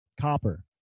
copper